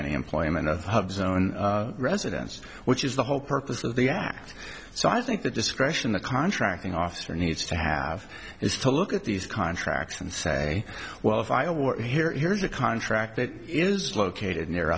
any employment at zone residence which is the whole purpose of the act so i think the discretion the contracting officer needs to have is to look at these contracts and say well if i were here here's a contract that is located near